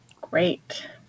Great